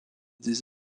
des